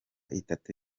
itatu